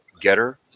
Getter